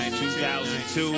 2002